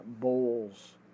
bowls